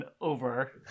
over